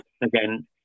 again